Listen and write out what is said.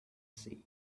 sea